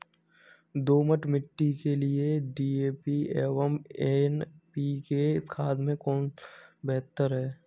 दोमट मिट्टी के लिए डी.ए.पी एवं एन.पी.के खाद में कौन बेहतर है?